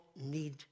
need